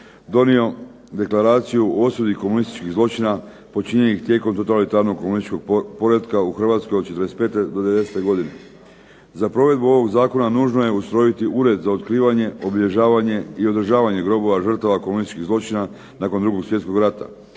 donio Deklaraciju o osudi komunističkih zločina počinjenih tijekom totalitarnog komunističkog poretka u Hrvatskoj od 45. do 90. godine. Za provedbu ovog Zakona nužno je ustrojiti ured za otkrivanje, obilježavanje i održavanje grobova žrtava komunističkih zločina nakon 2. Svjetskog rata